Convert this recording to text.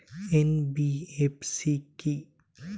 NBFC কী?